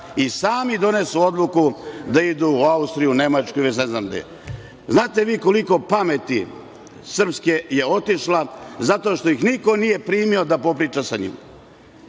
i sami donesu odluku da idu u Austriju, Nemačku i ne znam gde. Znate li vi koliko pameti srpske je otišlo zato što ih niko nije primio da popriča sa njima?